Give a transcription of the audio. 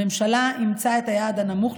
הממשלה אימצה את היעד הנמוך,